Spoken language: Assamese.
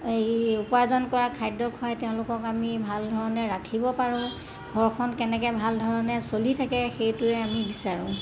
এই উপাৰ্জন কৰা খাদ্য খুৱাই তেওঁলোকক আমি ভাল ধৰণে ৰাখিব পাৰোঁ ঘৰখন কেনেকৈ ভাল ধৰণে চলি থাকে সেইটোৱে আমি বিচাৰোঁ